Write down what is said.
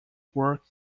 work